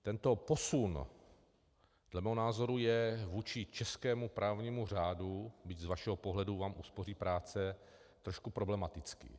Tento posun dle mého názoru je vůči českému právnímu řádu, byť z vašeho pohledu vám uspoří práce, trošku problematický.